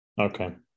Okay